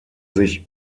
sich